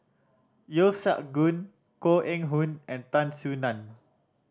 Yeo Siak Goon Koh Eng Hoon and Tan Soo Nan